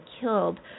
killed